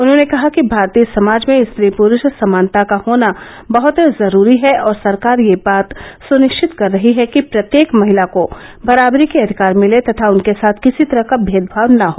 उन्होंने कहा कि भारतीय समाज में स्त्री प्रूष समानता का होना बहत जरूरी है और सरकार यह बात सुनिश्चित कर रही है कि प्रत्येक महिला को बराबरी के अधिकार मिले तथा उनके साथ किसी तरह का भेदभाव न हो